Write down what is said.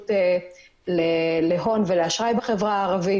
הנגישות להון ולאשראי בחברה הערבית.